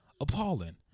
appalling